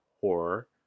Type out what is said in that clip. horror